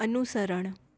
અનુસરણ